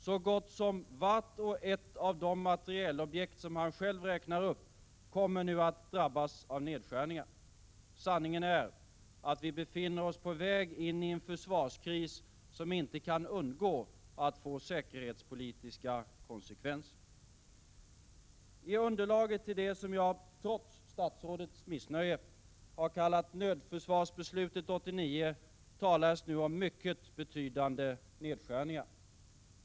Så gott som vart och ett av de materielobjekt han räknar upp kommer nu att drabbas av nedskärningar. Sanningen är att vi befinner oss på väg in i en försvarskris som inte kan undgå att få säkerhetspolitiska konsekvenser. I underlaget till det som jag — trots statsrådets missnöje — kallat nödförsvarsbeslutet 1989 talas nu om mycket betydande nedskärningar.